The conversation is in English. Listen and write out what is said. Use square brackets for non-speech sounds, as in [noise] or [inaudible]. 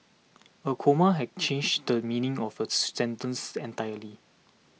a comma [unintelligible] change the meaning of a [unintelligible] sentence entirely